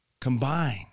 combine